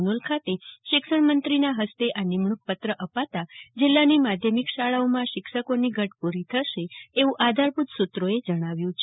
નહોલ ખાતે શીક્ષણમંત્રીશ્રીના હસ્તે આ નિમણૂંકપત્ર આપતા જિલ્લાની માધ્યમિક શાળાઓમાં શીક્ષકોની ઘટ પુરી થશે એવું આધારભુત સુત્રોએ જણાવ્યું હતું